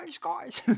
guys